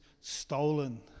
stolen